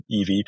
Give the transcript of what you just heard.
EV